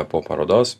po parodos